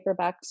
paperbacks